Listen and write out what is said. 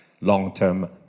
long-term